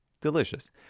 Delicious